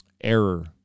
error